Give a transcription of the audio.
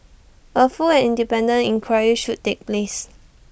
A full and independent inquiry should take place